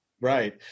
Right